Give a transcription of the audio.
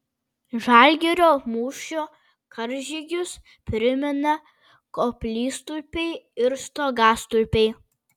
žalgirio mūšio karžygius primena koplytstulpiai ir stogastulpiai